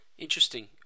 Interesting